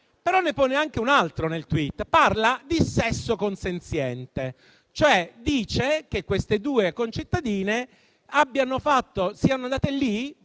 però, ne pone anche un altro: parla di sesso consenziente, e cioè dice che le due concittadine siano andate lì